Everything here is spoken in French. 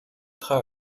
très